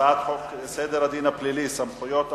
הצעת חוק סדר הדין הפלילי (סמכויות אכיפה,